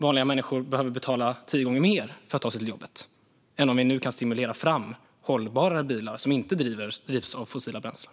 Vanliga människor behöver alltså betala tio gånger mer för att ta sig till jobbet än om vi nu kan stimulera fram hållbara bilar som inte drivs med fossila bränslen.